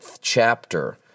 chapter